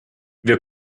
wer